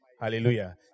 Hallelujah